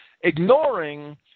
ignoring